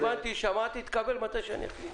הבנתי, שמעתי, תקבל כשאחליט.